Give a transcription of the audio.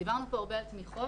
דיברנו פה הרבה על תמיכות.